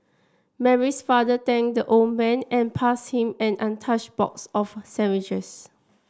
Mary's father thanked the old man and passed him an untouched box of sandwiches